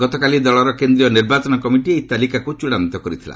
ଗତକାଲି ଦଳର କେନ୍ଦ୍ରୀୟ ନିର୍ବାଚନ କମିଟି ଏହି ତାଲିକାକୁ ଚୂଡ଼ାନ୍ତ କରିଥିଲା